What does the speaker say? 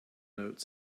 note